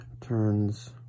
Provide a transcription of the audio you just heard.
turns